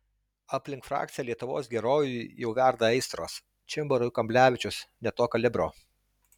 aplink frakciją lietuvos gerovei jau verda aistros čimbarui kamblevičius ne to kalibro